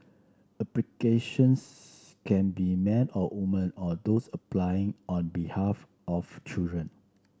applicantions can be men or women or those applying on behalf of children